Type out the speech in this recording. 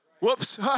Whoops